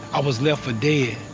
i was left for dead.